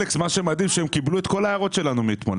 אלכס, מדהים שהם קיבלו את כל ההערות שלנו מאתמול.